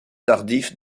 tardif